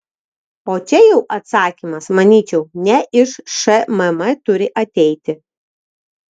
o čia jau atsakymas manyčiau ne iš šmm turi ateiti